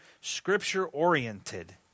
scripture-oriented